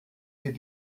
wird